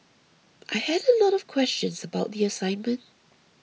I had a lot of questions about the assignment